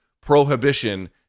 prohibition